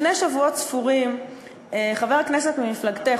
לפני שבועות ספורים חבר הכנסת ממפלגתך,